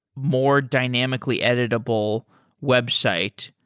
more dynamically editable website,